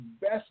best